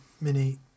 Mini